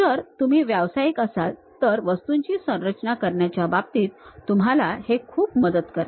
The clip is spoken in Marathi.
जर तुम्ही व्यावसायिक असाल तर वस्तूंची रचना करण्याच्या बाबतीत तुम्हाला हे खूप मदत करते